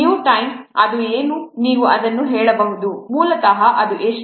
new time ಅದು ಏನು ನೀವು ಅದನ್ನು ಹೇಳಬಹುದು ಮೂಲತಃ ಅದು ಎಷ್ಟು